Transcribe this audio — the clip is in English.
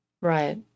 right